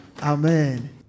Amen